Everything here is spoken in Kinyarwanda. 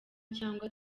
cyangwa